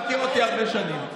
אתה מכיר אותי הרבה שנים,